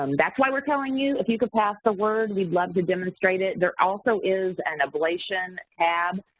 um that's why we're telling you, if you could pass the word, we'd love to demonstrate it. there also is an ablation add.